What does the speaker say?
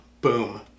Boom